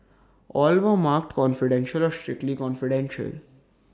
all were marked confidential or strictly confidential